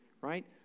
right